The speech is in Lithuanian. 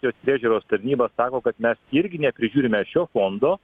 jog priežiūros tarnyba sako kad mes irgi neprižiūrime šio fondo